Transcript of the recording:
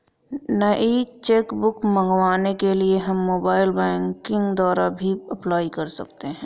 नई cheque book मंगवाने के लिए हम मोबाइल बैंकिंग द्वारा भी अप्लाई कर सकते है